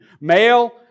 Male